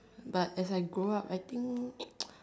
but as I grow up I think